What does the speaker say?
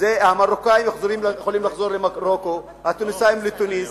המרוקאים יכולים לחזור למרוקו, התוניסאים לתוניס,